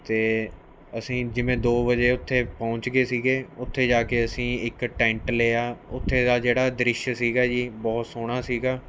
ਅਤੇ ਅਸੀਂ ਜਿਵੇਂ ਦੋ ਵਜੇ ਉੱਥੇ ਪਹੁੰਚ ਗਏ ਸੀ ਉੱਥੇ ਜਾ ਕੇ ਅਸੀਂ ਇੱਕ ਟੈਂਟ ਲਿਆ ਉੱਥੇ ਦਾ ਜਿਹੜਾ ਦ੍ਰਿਸ਼ ਸੀ ਜੀ ਬਹੁਤ ਸੋਹਣਾ ਸੀ